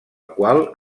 qual